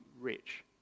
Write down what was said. Rich